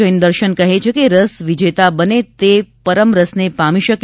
જૈન દર્શન કહે છે કે રસ વિજેતા બને તે પરમ રસને પામી શકે